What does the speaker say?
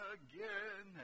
again